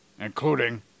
including